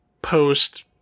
post